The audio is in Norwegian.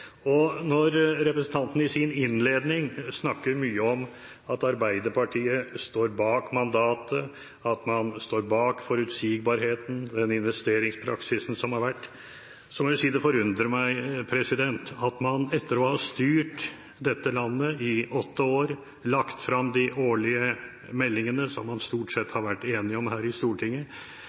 Når representanten i sin innledning snakker mye om at Arbeiderpartiet står bak mandatet, at man står bak forutsigbarheten og den investeringspraksisen som har vært, må jeg si det forundrer meg at man – etter å ha styrt dette landet i åtte år og lagt fram de årlige meldingene som vi stort sett har vært enige om her i Stortinget – nå plutselig skal styre investeringene gjennom representantforslag i Stortinget.